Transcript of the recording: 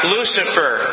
Lucifer